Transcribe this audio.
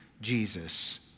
Jesus